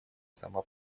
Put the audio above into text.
сама